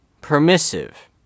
permissive